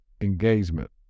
engagement